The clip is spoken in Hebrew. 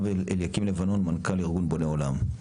לאליקים לבנון, מנכ"ל ארגון בונה עולם.